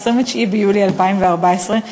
29 ביולי 2014,